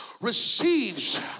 receives